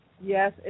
Yes